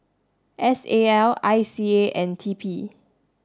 S A L I C A and T P